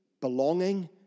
belonging